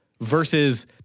versus